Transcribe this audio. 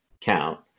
count